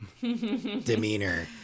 demeanor